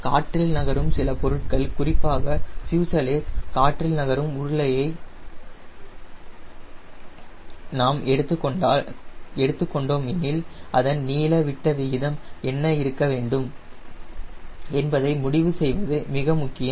காற்றில் நகரும் சில பொருட்கள் குறிப்பாக ஃப்யூஸலேஜ் ஒரு காற்றில் நகரும் உருளையை நாம் எடுத்துக் கொண்டோம் எனில் அதன் நீள விட்ட விகிதம் என்ன இருக்க வேண்டும் என்பதை முடிவு செய்வது மிக முக்கியம்